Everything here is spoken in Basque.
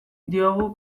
diogu